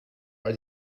are